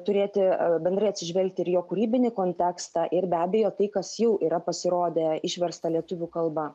turėti bendrai atsižvelgti ir į jo kūrybinį kontekstą ir be abejo tai kas jau yra pasirodę išversta lietuvių kalba